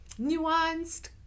nuanced